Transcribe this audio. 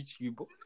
YouTube